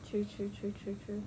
true true true true true